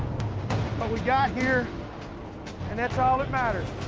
but we got here and that's all that matters.